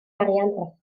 arian